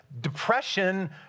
depression